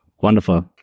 wonderful